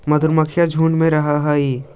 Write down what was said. मधुमक्खियां झुंड में रहअ हई